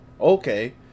okay